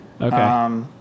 Okay